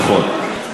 נכון.